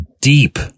deep